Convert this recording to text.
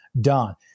done